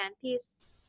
peace